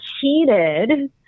cheated